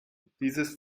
dieses